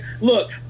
Look